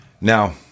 Now